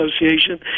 Association